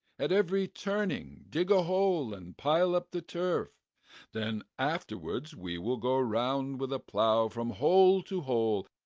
at every turning, dig a hole and pile up the turf then afterwards we will go round with a plough from hole to hole.